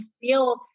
feel